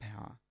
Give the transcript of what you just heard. power